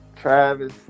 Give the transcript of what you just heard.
Travis